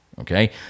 okay